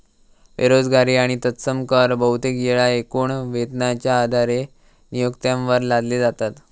बेरोजगारी आणि तत्सम कर बहुतेक येळा एकूण वेतनाच्यो आधारे नियोक्त्यांवर लादले जातत